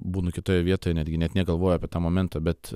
būnu kitoje vietoje netgi net negalvoju apie tą momentą bet